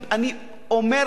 אני אומר את זה,